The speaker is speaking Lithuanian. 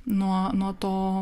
nuo nuo to